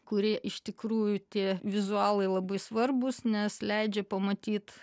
kurie iš tikrųjų tie vizualai labai svarbūs nes leidžia pamatyt